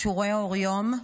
שהוא רואה אור יום,